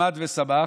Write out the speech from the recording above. עמד ושמח,